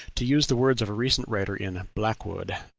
to use the words of a recent writer in blackwood,